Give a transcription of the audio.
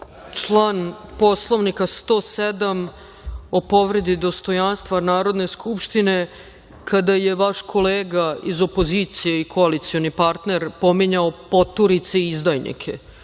član Poslovnika 107. o povredi dostojanstva Narodne skupštine kada je vaš kolega iz opozicije i koalicioni partner pominjao poturice i izdajnike. Znate,